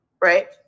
right